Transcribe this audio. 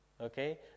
Okay